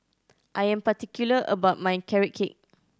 I am particular about my Carrot Cake